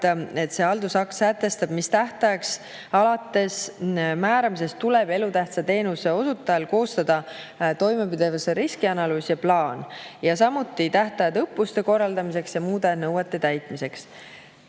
et haldusakt sätestab, mis tähtajaks alates määramisest tuleb elutähtsa teenuse osutajal koostada toimepidevuse riskianalüüs ja plaan, samuti tähtajad õppuste korraldamiseks ja muude nõuete täitmiseks.